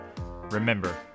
Remember